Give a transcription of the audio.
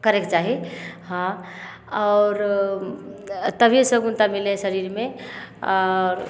करयके चाही हँ आओर तभिये सकुन्ता मिलय शरीरमे आओर